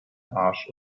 arsch